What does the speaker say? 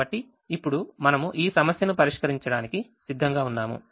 కాబట్టి ఇప్పుడు మనము ఈ సమస్యను పరిష్కరించడానికి సిద్ధంగా ఉన్నాము